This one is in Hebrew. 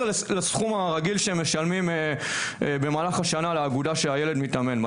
לסכום הרגיל שהם משלמים במהלך השנה לאגודה שהילד מתאמן בה.